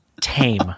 tame